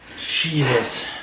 Jesus